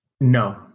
No